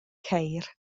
ceir